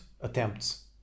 attempts